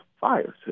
fires